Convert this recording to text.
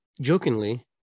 jokingly